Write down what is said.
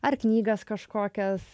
ar knygas kažkokias